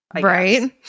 Right